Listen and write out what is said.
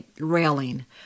railing